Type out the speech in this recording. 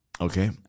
Okay